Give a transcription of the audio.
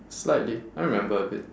slightly I remember a bit